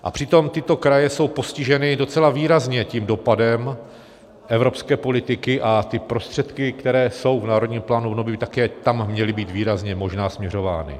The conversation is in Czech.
A přitom tyto kraje jsou postiženy docela výrazně tím dopadem evropské politiky a ty prostředky, které jsou v Národním plánu obnovy, by také tam měly být výrazně možná směřovány.